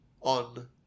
On